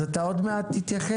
אז אתה עוד מעט תתייחס?